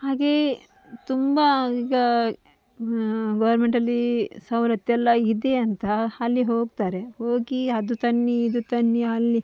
ಹಾಗೇ ತುಂಬ ಈಗ ಗೋರ್ಮೆಂಟಲ್ಲಿ ಸವಲತ್ತೆಲ್ಲ ಇದೆ ಅಂತ ಅಲ್ಲಿ ಹೋಗ್ತಾರೆ ಹೋಗಿ ಅದು ತನ್ನಿ ಇದು ತನ್ನಿ ಅಲ್ಲಿ